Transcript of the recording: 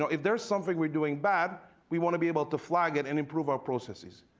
ah if there's something we're doing bad, we want to be able to flag it, and improve our processes,